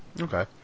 Okay